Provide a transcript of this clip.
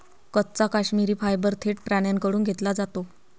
कच्चा काश्मिरी फायबर थेट प्राण्यांकडून घेतला जातो